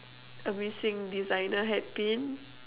a missing designer hat pin